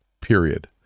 period